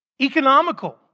Economical